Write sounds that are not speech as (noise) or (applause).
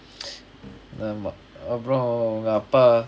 (noise) அப்புறம் உங்க அப்பா:appuram unga appa